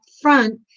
front